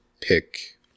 pick